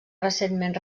recentment